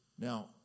Now